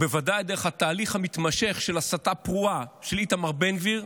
ובוודאי דרך התהליך המתמשך של הסתה פרועה של איתמר בן גביר